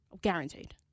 guaranteed